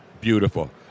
Beautiful